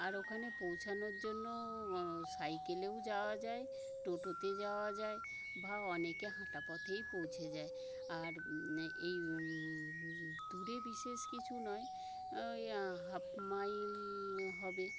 আর ওখানে পৌঁছানোর জন্য সাইকেলেও যাওয়া যায় টোটোতে যাওয়া যায় বা অনেকে হাঁটা পথেই পৌঁছে যায় আর এই দূরে বিশেষ কিছু নয় ওই হাফ মাইল হবে